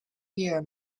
year